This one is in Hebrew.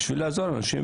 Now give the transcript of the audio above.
בשביל לעזור לאנשים.